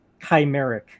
chimeric